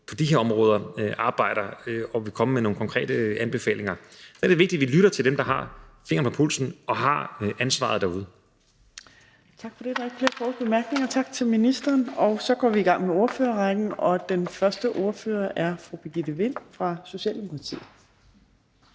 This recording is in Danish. på de her områder, og de vil komme med nogle konkrete anbefalinger. Der er det vigtigt, at vi lytter til dem, der har fingeren på pulsen og har ansvaret derude. Kl. 16:35 Fjerde næstformand (Trine Torp): Tak for det. Der er ikke flere korte bemærkninger. Tak til ministeren. Så går vi i gang med ordførerrækken. Og den første ordfører er fru Birgitte Vind fra Socialdemokratiet.